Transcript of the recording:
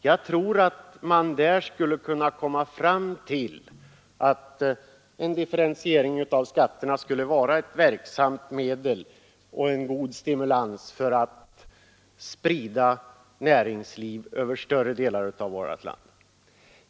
Jag tror att man då skulle komma fram till att en differentiering av skatterna skulle vara ett verksamt medel och en god stimulans för att sprida näringsliv över större delar av vårt land.